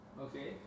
Okay